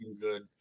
good